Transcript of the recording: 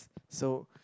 so